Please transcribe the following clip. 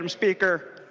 um speaker.